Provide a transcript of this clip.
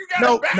No